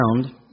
found